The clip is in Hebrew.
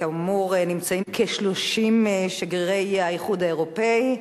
כאמור, נמצאים כ-30 שגרירי האיחוד האירופי,